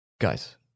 Guys